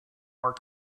more